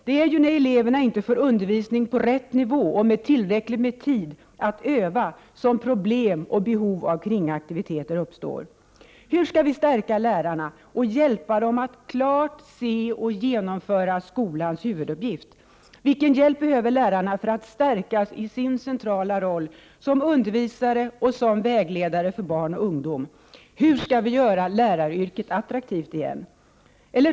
Det är ju när eleverna inte får undervisning på rätt nivå och med tillräckligt med tid att öva som problem och behov av kringaktiviteter uppstår. Hur skall vi stärka lärarna och hjälpa dem att klart se och genomföra skolans huvuduppgift? Vilken hjälp behöver lärarna för att stärkas i sin centrala roll som undervisare och vägledare av barn och ungdom? Hur skall vi göra läraryrket attraktivt igen?